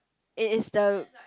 it is the